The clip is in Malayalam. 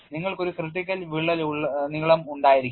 നിങ്ങൾക്ക് ഒരു critical വിള്ളൽ നീളം ഉണ്ടായിരിക്കാം